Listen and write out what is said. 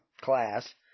class